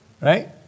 right